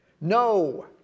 No